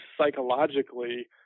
psychologically